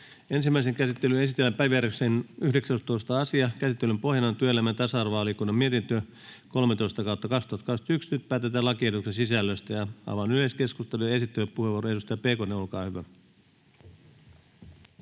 Ensimmäiseen käsittelyyn esitellään päiväjärjestyksen 19. asia. Käsittelyn pohjana on työelämä- ja tasa-arvovaliokunnan mietintö TyVM 13/2021 vp. Nyt päätetään lakiehdotuksen sisällöstä. — Avaan yleiskeskustelun. Esittelypuheenvuoro, edustaja Pekonen, olkaa hyvä.